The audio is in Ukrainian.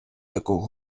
яку